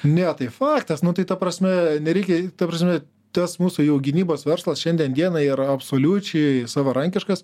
ne tai faktas nu tai ta prasme nereikia ta prasme tas mūsų jau gynybos verslas šiandien dienai yra absoliučiai savarankiškas